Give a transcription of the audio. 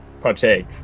partake